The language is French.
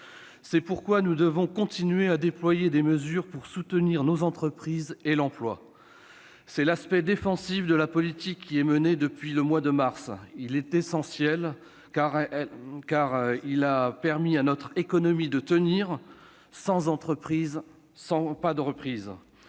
C'est pourquoi nous devons continuer à déployer des mesures pour soutenir nos entreprises et l'emploi. C'est l'aspect défensif de la politique qui est menée depuis le mois de mars. Il est essentiel, car il a permis à notre économie de tenir. Sans entreprises, pas de reprise